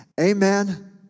Amen